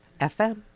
FM